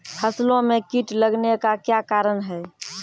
फसलो मे कीट लगने का क्या कारण है?